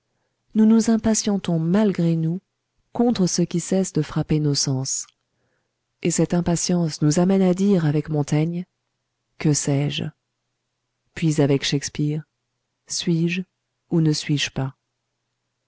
nous nous impatientons malgré nous contre ce qui cesse de frapper nos sens et cette impatience nous amène à dire avec montaigne que sais-je puis avec shakspeare suis-je ou ne suis-je pas